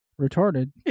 Retarded